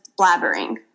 blabbering